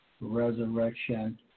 resurrection